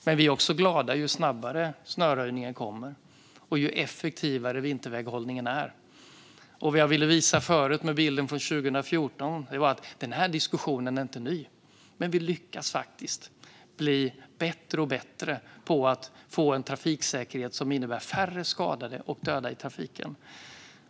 Men vi är också glada ju snabbare snöröjningen kommer och ju effektivare vinterväghållningen är. Vad jag ville visa med bilden från 2014 är att denna diskussion inte är ny, men vi lyckas faktiskt bli bättre och bättre på att få en trafiksäkerhet som innebär färre skadade och döda i trafiken.